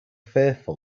fearful